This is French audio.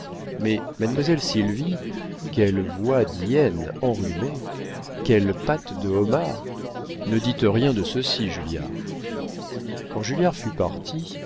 mais mademoiselle sylvie quelle voix d'hyène enrhumée quelles pattes de homard ne dites rien de ceci julliard quand julliard fut parti